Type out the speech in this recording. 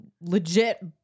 legit